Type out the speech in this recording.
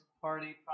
Party